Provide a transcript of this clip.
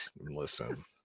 listen